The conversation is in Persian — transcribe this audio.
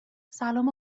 سلام